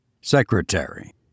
Secretary